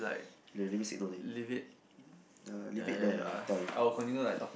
let me signal